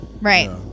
right